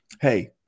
hey